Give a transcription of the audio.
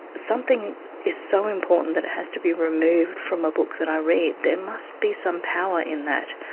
something is so important that it has to be removed from a book that i read, there must be some power in that.